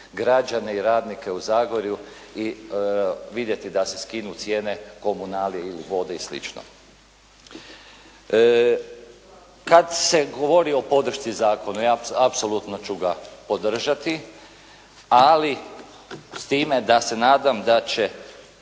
građane i radnike u Zagorju i vidjeti da se skinu cijene komunalije, vode i slično. Kad se govori o podršci zakonu apsolutno ću ga podržati ali s time da se nadam da će